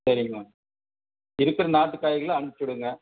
சரிங்கம்மா இருக்கிற நாட்டு காய்களை அனுப்புச்சி விடுங்க